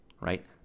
right